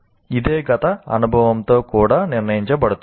ఇదే గత అనుభవంతో కూడా నిర్ణయించబడుతుంది